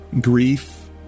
grief